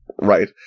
Right